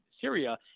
syria